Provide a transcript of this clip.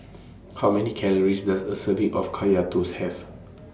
How Many Calories Does A Serving of Kaya Toast Have